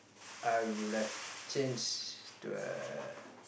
I would have changed to a